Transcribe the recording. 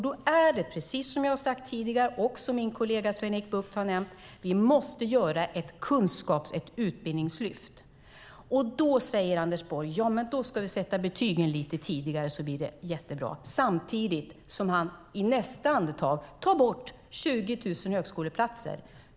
Då är det precis som jag har sagt, och som min kollega Sven-Erik Bucht har nämnt, nämligen att vi måste skapa ett kunskaps och utbildningslyft. Då säger Anders Borg att betyg ska sättas tidigare, och då blir allt bra. Samtidigt tar han i nästa andetag bort 20 000 högskoleplatser.